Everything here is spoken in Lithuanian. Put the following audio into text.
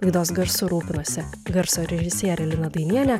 laidos garsu rūpinosi garso režisierė lina dainienė